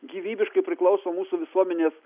gyvybiškai priklauso mūsų visuomenės